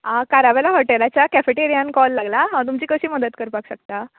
आ Caravela hotel आसा कॅफेटेरयान call लागला हांव तुमची कशी मदत करपाक शकता